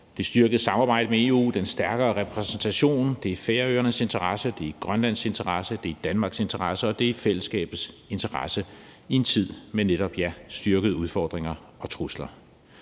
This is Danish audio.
det styrkede samarbejde med EU og den stærkere repræsentation. Det er i Færøernes interesse, det er i Grønlands interesse, det er i Danmarks interesse, og det er i fællesskabets interesse i en tid med netop, ja, styrkede udfordringer og trusler.